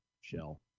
shell